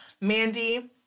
Mandy